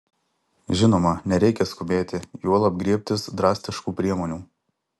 žinoma nereikia skubėti juolab griebtis drastiškų priemonių